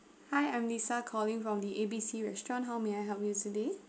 hi I'm lisa calling from the A B C restaurant how may I help you today